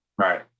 Right